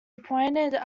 appointed